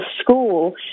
school